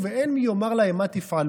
ואין מי יאמר להם מה תפעלו.